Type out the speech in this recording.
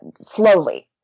slowly